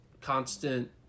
constant